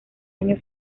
año